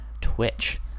Twitch